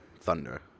Thunder